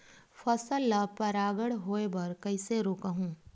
फसल ल परागण होय बर कइसे रोकहु?